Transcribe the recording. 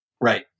Right